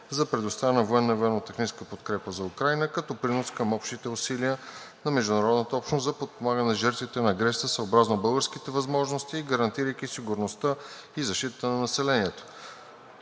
за предоставяне на военна и военно-техническа подкрепа за Украйна като принос към общите усилия на международната общност за подпомагане жертвите на агресията съобразно българските възможности, гарантирайки сигурността и защитата на населението.